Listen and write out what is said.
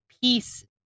peace